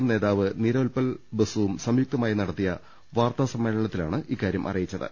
M നേതാവ് നീരോൽപൽ ബസുവും സംയുക്തമായി നടത്തിയ വാർത്താ സമ്മേളനത്തിലാണ് ഇക്കാര്യം അറിയിച്ച ത്